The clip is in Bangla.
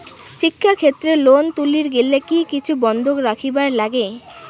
শিক্ষাক্ষেত্রে লোন তুলির গেলে কি কিছু বন্ধক রাখিবার লাগে?